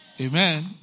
Amen